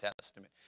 Testament